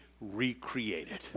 recreated